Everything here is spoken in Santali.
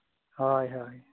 ᱦᱳᱭ ᱦᱳᱭ